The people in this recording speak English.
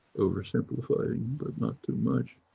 oversimplifying but not too much.